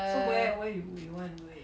so where where you where you want to do it